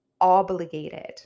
obligated